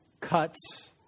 cuts